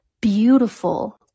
beautiful